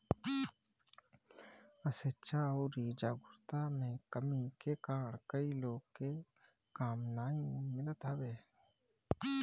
अशिक्षा अउरी जागरूकता में कमी के कारण कई लोग के काम नाइ मिलत हवे